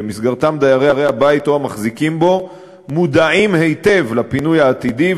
שבמסגרתם דיירי הבית או המחזיקים בו מודעים היטב לפינוי העתידי,